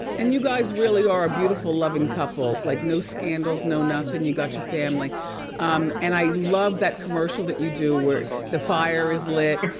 and you guys really are a beautiful, loving couple. like no scandals, no nothing, you got your family and i love that commercial that you do where the fire is lit.